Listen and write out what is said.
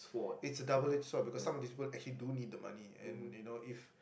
it's a double edged sword because some of these people actually do need the money and you know if